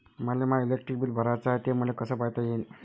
मले माय electric bill भराचं हाय, ते मले कस पायता येईन?